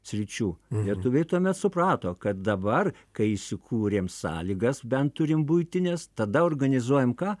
sričių lietuviai tuomet suprato kad dabar kai įsikūrėm sąlygas bent turim buitines tada organizuojam ką